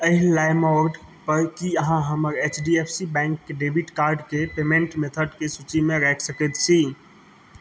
एहि लाइमरोडपर की अहाँ हमर H D F C bank debit कार्डके पेमेंट मेथडके सूचीमे राखि सकैत छी